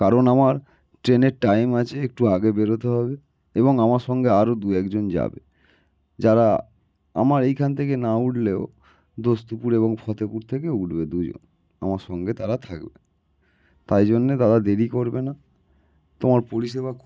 কারণ আমার ট্রেনের টাইম আছে একটু আগে বেরোতে হবে এবং আমার সঙ্গে আরও দু একজন যাবে যারা আমার এইখান থেকে না উঠলেও দোস্তপুর এবং ফতেপুর থেকে উঠবে দুজন আমার সঙ্গে তারা থাকবে তাই জন্যে তারা দেরি করবে না তোমার পরিষেবা খুব